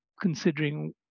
considering